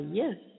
yes